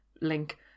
link